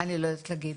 אני לא יודעת להגיד.